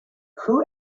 who